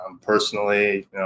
personally